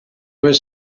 were